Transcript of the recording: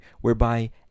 whereby